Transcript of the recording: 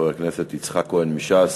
חבר הכנסת יצחק כהן מש"ס.